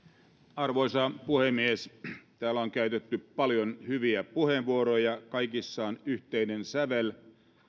arvoisa puhemies täällä on käytetty paljon hyviä puheenvuoroja kaikissa on yhteinen sävel